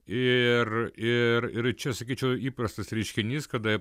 ir ir ir čia sakyčiau įprastas reiškinys kada